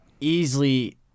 easily